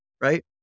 right